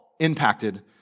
impacted